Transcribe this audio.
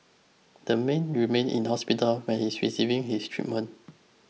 the man remain in hospital where he is receiving his treatment